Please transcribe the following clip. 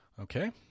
Okay